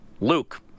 Luke